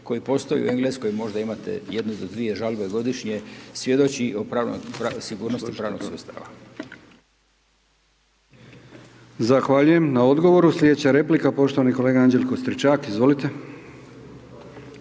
koje postoje u Engleskoj, možda imate jednu do dvije žalbe godišnje, svjedoči o pravnoj, sigurnosti pravnog sustava. **Brkić, Milijan (HDZ)** Zahvaljujem na odgovoru. Slijedeća replika poštovani kolega Anđelko Stričak, izvolite.